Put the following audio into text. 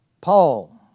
Paul